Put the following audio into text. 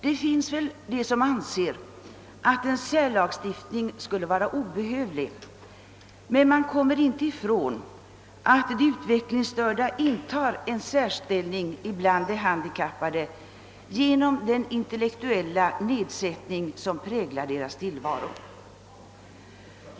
Det finns väl de som anser att en särlagstiftning skulle vara obehövlig, men man kommer inte ifrån att de utvecklingsstörda intar en särställning bland de handikappade genom den intellektuella nedsättning som präglar deras tillvaro.